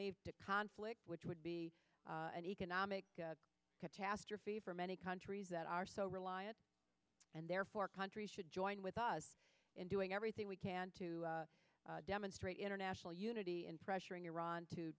leave a conflict which would be an economic catastrophe for many countries that are so reliant and therefore countries should join with us in doing everything we can to demonstrate international unity and pressuring iran to